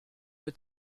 mit